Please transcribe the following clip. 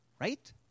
right